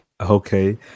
Okay